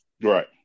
right